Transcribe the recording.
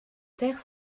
terre